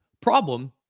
Problem